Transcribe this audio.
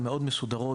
מסודרות מאוד,